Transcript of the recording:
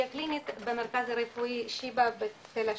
קלינית במרכז רפואי שיבא בתל השומר.